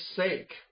sake